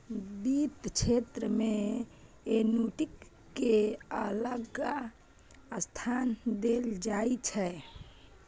बित्त क्षेत्र मे एन्युटि केँ अलग स्थान देल जाइ छै